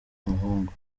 umuhungu